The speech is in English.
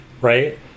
right